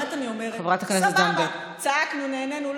באמת אני אומרת, סבבה, צעקנו, נהנינו.